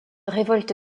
révolte